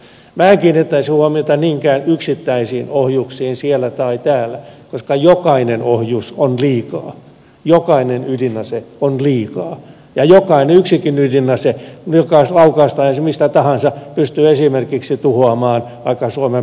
minä en kiinnittäisi huomiota niinkään yksittäisiin ohjuksiin siellä tai täällä koska jokainen ohjus on liikaa jokainen ydinase on liikaa ja jokainen yksikin ydinase joka laukaistaan mistä tahansa pystyy esimerkiksi tuhoamaan vaikka suomen pääkaupungin